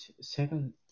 second